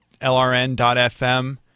lrn.fm